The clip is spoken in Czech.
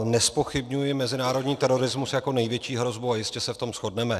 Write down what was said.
Nezpochybňuji mezinárodní terorismus jako největší hrozbu a jistě se v tom shodneme.